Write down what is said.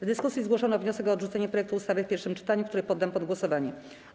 W dyskusji zgłoszono wniosek o odrzucenie projektu ustawy w pierwszym czytaniu, który poddam pod głosowanie.